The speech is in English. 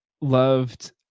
loved